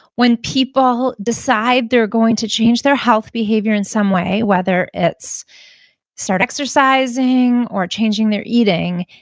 when people decide they're going to change their health behavior in some way, whether it's start exercising, or changing their eating,